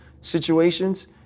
situations